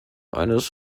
eines